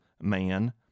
man